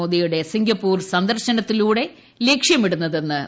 മോദിയുടെ സിംഗപ്പൂർ സന്ദർശനത്തിലൂടെ ലക്ഷ്യമിടുന്നതെന്ന് അറിയിച്ചു